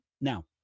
Now